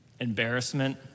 Embarrassment